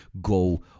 go